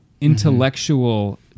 intellectual